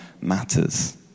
matters